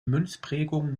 münzprägung